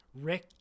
Rick